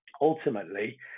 ultimately